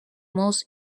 most